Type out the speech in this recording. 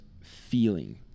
feeling